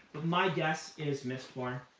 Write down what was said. my guess is mistborn.